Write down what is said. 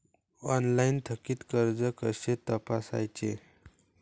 Online थकीत कर्ज कसे तपासायचे?